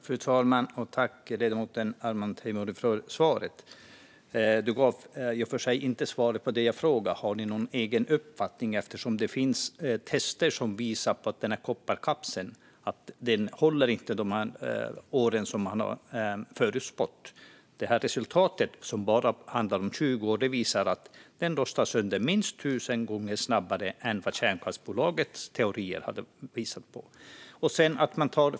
Fru talman! Tack, ledamoten Arman Teimouri, för svaret! Du gav i och för sig inte svar på min fråga om ni har någon egen uppfattning, eftersom det finns tester som visar på att kopparkapseln inte håller i så många år som man har förutspått. Resultatet, som bara handlar om 20 år, visar att den rostar sönder minst tusen gånger snabbare än vad kärnkraftsbolagets teorier visade på.